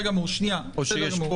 או שיש פה